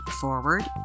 forward